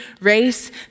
race